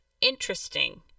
interesting